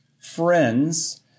friends